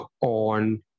on